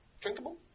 Drinkable